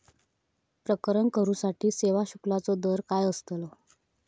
प्रकरण करूसाठी सेवा शुल्काचो दर काय अस्तलो?